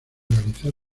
realizar